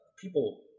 people